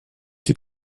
die